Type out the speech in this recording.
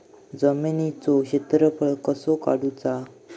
जमिनीचो क्षेत्रफळ कसा काढुचा?